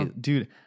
Dude